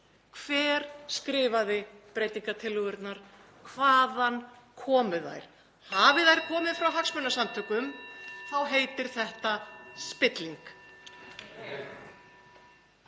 Hver skrifaði breytingartillögurnar? Hvaðan komu þær? Hafi þær komið frá hagsmunasamtökum þá heitir þetta spilling.